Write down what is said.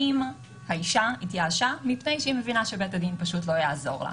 האם האישה התייאשה מפני שהיא מבינה שבית הדין פשוט לא יעזור לה?